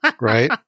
Right